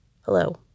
Hello